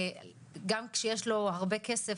גם כשיש לו הרבה כסף,